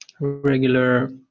regular